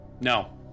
No